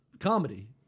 comedy